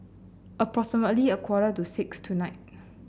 approximately a quarter to six tonight